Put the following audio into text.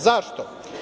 Zašto?